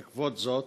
בעקבות זאת,